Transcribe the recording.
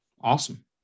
awesome